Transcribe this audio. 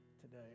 today